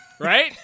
Right